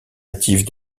native